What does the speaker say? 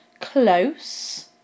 Close